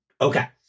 okay